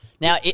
Now